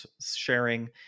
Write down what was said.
sharing